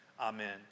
Amen